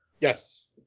Yes